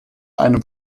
einem